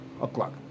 o'clock